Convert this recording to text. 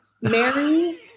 Mary